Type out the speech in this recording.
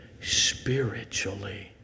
spiritually